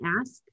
ask